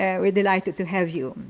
yeah we're delighted to have you.